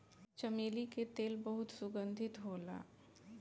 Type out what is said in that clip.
चमेली के तेल बहुत सुगंधित होला